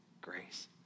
grace